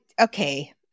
okay